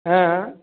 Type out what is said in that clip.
हाँ हाँ